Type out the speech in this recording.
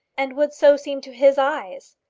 and would so seem to his eyes.